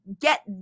get